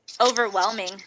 overwhelming